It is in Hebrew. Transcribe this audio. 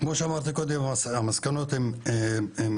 כמו שאמרת קודם המסקנות הם ברורות,